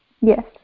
Yes